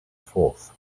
fourth